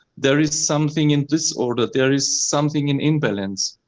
there is something in disorder. there is something in imbalance.